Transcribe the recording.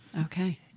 Okay